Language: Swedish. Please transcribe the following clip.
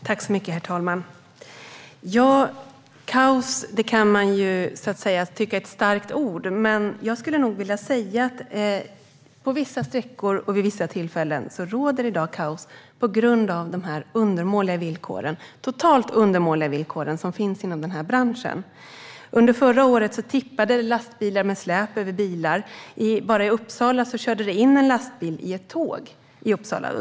Herr talman! Man kan tycka att kaos är ett starkt ord, men jag skulle nog vilja säga att på vissa sträckor och vid vissa tillfällen råder det i dag kaos på grund av de totalt undermåliga villkoren i den här branschen. Under förra året tippade lastbilar med släp över bilar. I Uppsala körde en lastbil in i ett tåg.